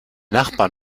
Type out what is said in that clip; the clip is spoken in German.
nachbarn